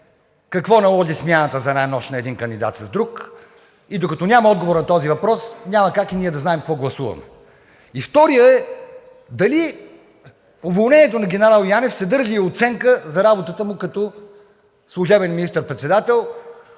какво наложи смяната за една нощ на един кандидат с друг? И докато няма отговор на този въпрос, няма как и ние да знаем какво гласуваме. И вторият е дали уволнението на генерал Янев съдържа и оценка за работата му като служебен министър-председател